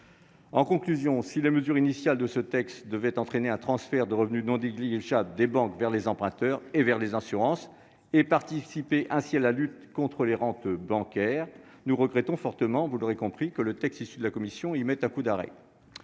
En conclusion, si les mesures initiales de ce texte devaient entraîner un transfert de revenus non négligeable des banques vers les emprunteurs et vers les assurances, et participer ainsi à la lutte contre les rentes bancaires, nous regrettons fortement, vous l'aurez compris, mes chers collègues, que le texte issu de la commission y mette un coup d'arrêt.